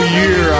year